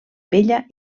bella